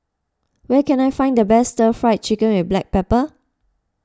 where can I find the best Stir Fried Chicken with Black Pepper